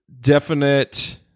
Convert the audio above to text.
definite